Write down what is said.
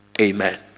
amen